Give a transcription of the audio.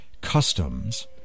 customs